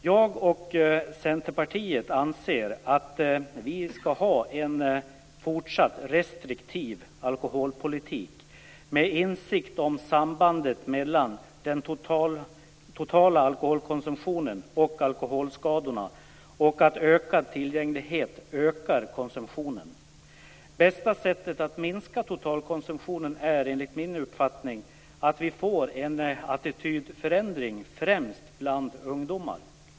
Jag och Centerpartiet anser att vi skall ha en fortsatt restriktiv alkoholpolitik, med insikt om sambandet mellan den totala alkoholkonsumtionen och alkoholskadorna och om att ökad tillgänglighet höjer konsumtionen. Bästa sättet att minska totalkonsumtionen är enligt min uppfattning att få till stånd en attitydförändring främst bland ungdomar.